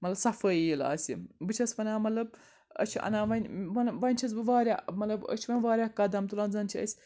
مطلب صفٲیی ییٖلہِ آسہِ بہٕ چھَس وَنان مطلب أسۍ چھِ اَنان وۄنۍ وۄنۍ چھَس بہٕ واریاہ مطلب أسۍ چھِ وۄنۍ واریاہ قدم تُلان زَن چھِ أسۍ